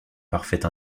parfaite